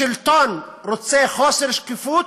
השלטון רוצה חוסר שקיפות,